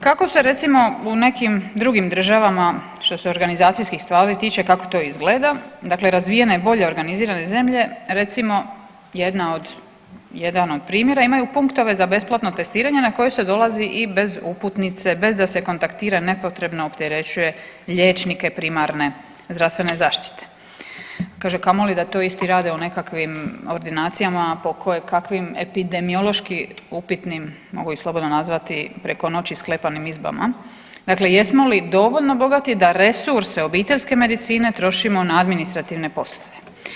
Kako se recimo u nekim drugim državama što se organizacijskih stvari tiče kako to izgleda, dakle razvijene i bolje organizirane zemlje, recimo jedna od, jedan od primjera imaju punktove za besplatno testiranje na koje se dolazi i bez uputnice, bez da se kontaktira i nepotrebno opterećuje liječnike primarne zdravstvene zaštite, kaže kamoli da to isti rade u nekakvim ordinacijama po koje kakvim epidemiološki upitnim, mogu ih slobodno nazvati preko noći sklepanim izbama, dakle jesmo li dovoljno bogati da resurse obiteljske medicine trošimo na administrativne poslove.